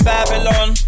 Babylon